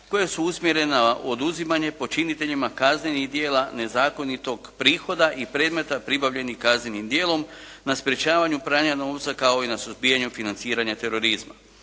koje su usmjerene na oduzimanje počiniteljima kaznenih djela nezakonitog prihoda i predmeta pribavljenih kaznenih djelom na sprječavanju pranja novca kao i na suzbijanju financiranja terorizma.